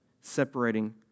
separating